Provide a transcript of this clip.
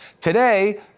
today